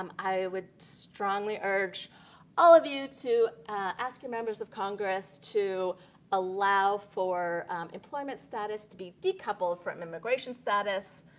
i would strongly urge all of you to ask the members of congress to allow for employment status to be decoupled for and immigration status,